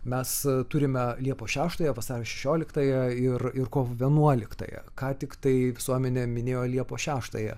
mes turime liepos šeštąją vasario šešioliktąją ir ir kovo vienuoliktąją ką tiktai visuomenė minėjo liepos šeštąją